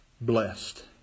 Blessed